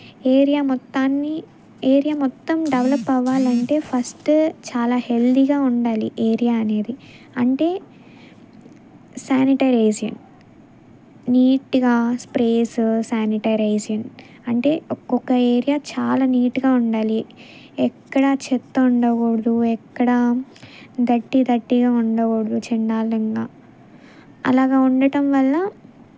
ఏరియామొత్తాన్ని area మొత్తం develop అవ్వాలంటే first చాలా హెల్దిగా ఉండాలి ఏరియా అనేది అంటే శానిటరైస్యం నీట్గా స్ప్రేస్ శానిటైజేషన్ అంటే ఒక్కొక్క ఏరియా చాలా నీట్గా ఉండాలి ఎక్కడ చెత్త ఉండకూడదు ఎక్కడ డర్టీ డర్టీగా ఉండకూడదు చండాలంగా అలాగా ఉండటం వల్ల